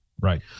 Right